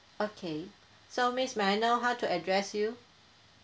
okay so miss may I know how to address you